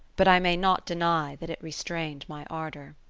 but i may not deny that it restrained my ardour.